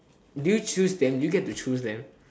do you choose them do you get to choose them